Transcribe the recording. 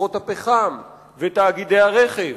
וחברות הפחם ותאגידי הרכב,